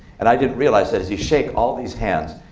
and i didn't realize that as you shake all these hands,